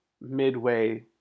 midway